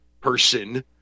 person